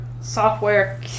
software